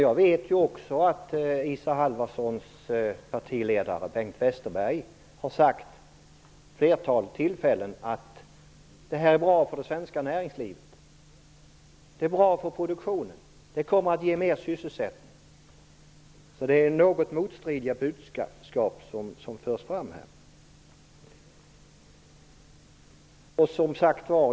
Jag vet också att Isa Halvarssons partiledare Bengt Westerberg vid ett flertal tillfällen har sagt att medlemskapet är bra för det svenska näringslivet och för produktionen och att det kommer att ge mer sysselsättning. Det är något motstridiga budskap som förs fram.